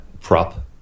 prop